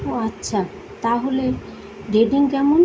ও আচ্ছা তাহলে রেটিং কেমন